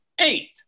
eight